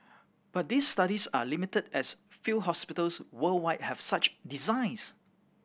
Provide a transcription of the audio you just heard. but these studies are limited as few hospitals worldwide have such designs